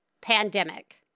pandemic